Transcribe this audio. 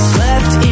Slept